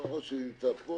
לא, הראש שלי נמצא פה.